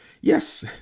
Yes